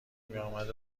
میامد